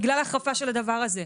בגלל ההחרפה של הדבר הזה.